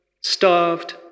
starved